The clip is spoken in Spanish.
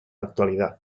actualidad